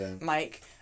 Mike